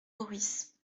maurice